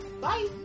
bye